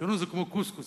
ציונות זה כמו קוסקוס,